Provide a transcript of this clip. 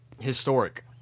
Historic